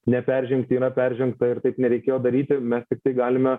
neperžengti yra peržengta ir taip nereikėjo daryti mes tiktai galime